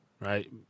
right